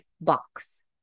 box